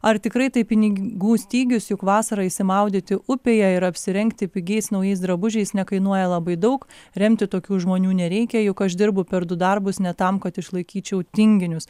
ar tikrai tai pinigų stygius juk vasarą išsimaudyti upėje ir apsirengti pigiais naujais drabužiais nekainuoja labai daug remti tokių žmonių nereikia juk aš dirbu per du darbus ne tam kad išlaikyčiau tinginius